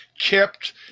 kept